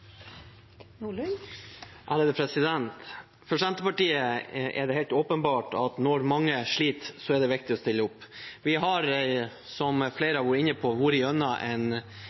det helt åpenbart at når mange sliter, er det viktig å stille opp. Vi har, som flere har vært inne på, vært gjennom en